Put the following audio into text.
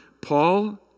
Paul